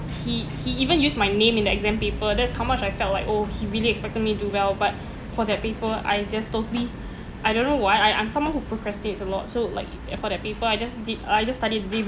he he even used my name in the exam paper that's how much I felt like oh he really expected me to do well but for that paper I just totally I don't know why I~ I'm someone who procrastinates a lot so like and for that paper I just did~ uh I just studied the day